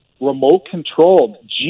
remote-controlled